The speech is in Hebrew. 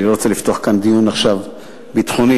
אך אני לא רוצה לפתוח פה עכשיו דיון ביטחוני.